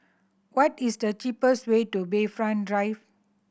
what is the cheapest way to Bayfront Drive